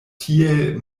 tiel